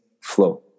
flow